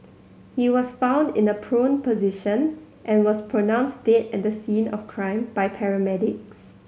he was found in a prone position and was pronounced dead at the scene of crime by paramedics